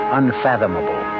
unfathomable